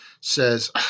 says